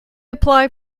apply